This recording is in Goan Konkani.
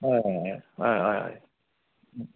हय हय हय हय हय हय